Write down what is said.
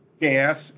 gas